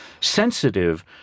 sensitive